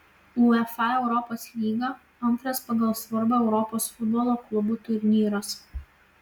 uefa europos lyga antras pagal svarbą europos futbolo klubų turnyras